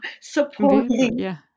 supporting